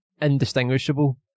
indistinguishable